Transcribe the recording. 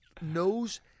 knows